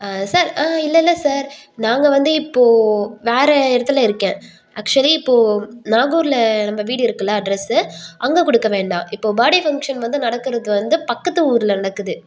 sir ம்ஹும் இல்லயில்ல sir நாங்கள் வந்து இப்போது வேறு இடத்துல இருக்கேன் ஆக்சுவலி இப்போது நாகூரில் நம்ம வீடு இருக்கில்ல அட்ரஸு அங்கே கொடுக்க வேண்டாம் இப்போது பர்த் டே ஃபங்ஷன் வந்து நடக்கிறது வந்து பக்கத்து ஊரில் நடக்குது